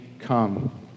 come